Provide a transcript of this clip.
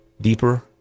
deeper